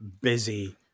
busy